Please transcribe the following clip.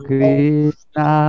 Krishna